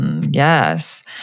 Yes